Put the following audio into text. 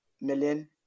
million